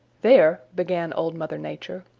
there, began old mother nature,